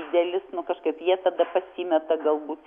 didelis nu kažkaip jie tada pasimeta galbūt